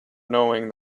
knowing